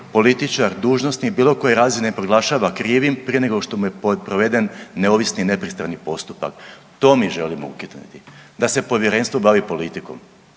političar, dužnosnik bilo koje razine proglašava krivim prije nego što mu je proveden neovisni i nepristrani postupak. To mi želimo ukinuti. Da se Povjerenstvo bavi politikom.